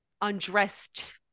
undressed